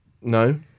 No